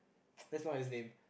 that's not his name